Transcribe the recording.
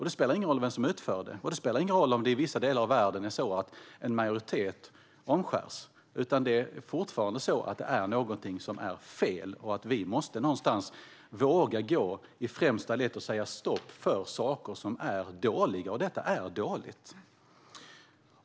Det spelar ingen roll vem som utför det, och det spelar ingen roll om en majoritet omskärs i vissa delar av världen. Det är fortfarande fel. Vi måste våga gå i främsta ledet och säga stopp mot saker som är dåliga, och detta är dåligt.